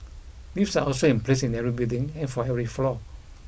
lifts are also in place in every building and for every floor